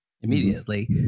immediately